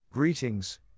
Greetings